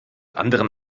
anderen